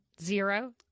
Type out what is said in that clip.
zero